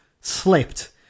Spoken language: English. slipped